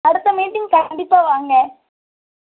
அடுத்த மீட்டிங் கண்டிப்பாக வாங்க